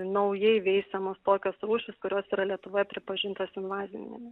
naujai veisiamos tokios rūšys kurios yra lietuvoje pripažintos invazinėmis